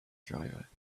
driver